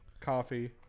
coffee